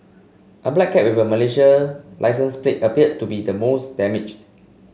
a black car with a Malaysian licence plate appeared to be the most damaged